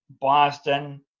Boston